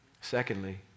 Secondly